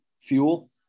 Fuel